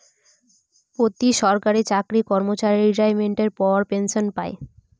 প্রতি সরকারি চাকরি কর্মচারী রিটাইরমেন্টের পর পেনসন পায়